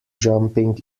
jumping